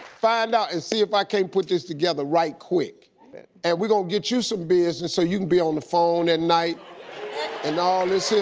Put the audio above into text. find out and see if i can't put this together right quick. and we gonna get you some business so you can be on the phone at night and all this